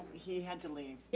he had to leave.